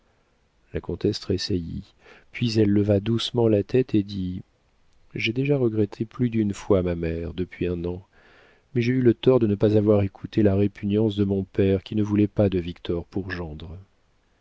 la comtesse tressaillit puis elle leva doucement la tête et dit j'ai déjà regretté plus d'une fois ma mère depuis un an mais j'ai eu le tort de ne pas avoir écouté la répugnance de mon père qui ne voulait pas de victor pour gendre